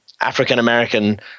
African-American